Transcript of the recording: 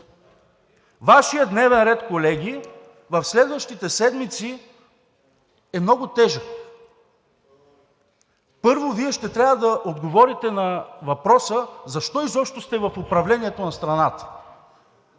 Вашият дневен ред, колеги, в следващите седмици е много тежък. Първо, Вие ще трябва да отговорите на въпроса защо изобщо сте в управлението на страната.